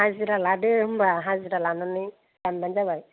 हाजिरा लादो होनबा हाजिरा लानानै दानबानो जाबाय